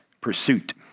pursuit